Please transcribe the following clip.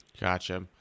Gotcha